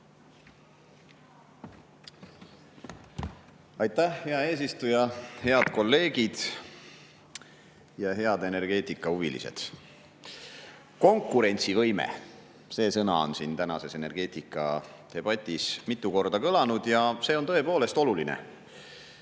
Aitäh, hea eesistuja! Head kolleegid! Ja head energeetikahuvilised! Konkurentsivõime – see sõna on siin tänases energeetikadebatis mitu korda kõlanud, ja see on tõepoolest oluline.